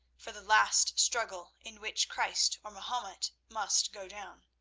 for the last struggle in which christ or mahomet must go down.